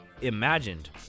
Imagined